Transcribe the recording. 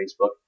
Facebook